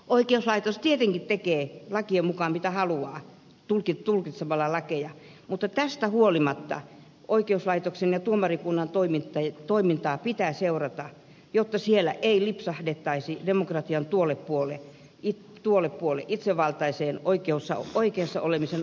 oikeuslaitos tietenkin tekee lakien mukaan mitä haluaa tulkitsemalla lakeja mutta tästä huolimatta oikeuslaitoksen ja tuomarikunnan toimintaa pitää seurata jotta siellä ei lipsahdettaisi demokratian tuolle puolen itsevaltaiseen oikeassa olemisen autuuteen